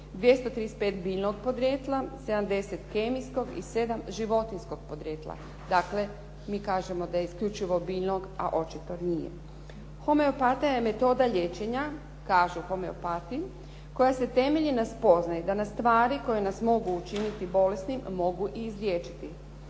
235 biljnog podrijetla, 70 kemijskog i 7 životinjskog podrijetla. Dakle, mi kažemo da je isključivo biljnog a očito nije. Homeopatija je metoda liječenja, kažu homeopati koja se temelji na spoznaji da nas stvari koje nas čine bolesnim mogu i izliječiti.